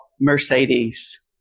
Mercedes